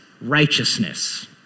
righteousness